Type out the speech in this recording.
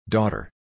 Daughter